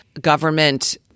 government